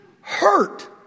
hurt